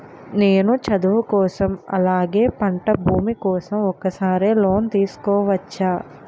నేను చదువు కోసం అలాగే పంట భూమి కోసం ఒకేసారి లోన్ తీసుకోవచ్చా?